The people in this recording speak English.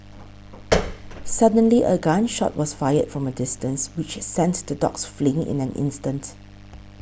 suddenly a gun shot was fired from a distance which sent the dogs fleeing in an instant